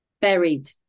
Buried